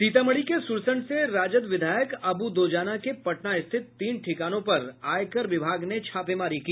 सीतामढ़ी के सुरसंड से राजद विधायक अब् दोजाना के पटना स्थित तीन ठिकानों पर आयकर विभाग ने छापेमारी की